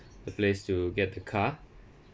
the place to get the car